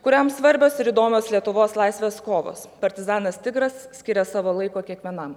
kuriam svarbios ir įdomios lietuvos laisvės kovos partizanas tigras skiria savo laiko kiekvienam